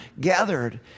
gathered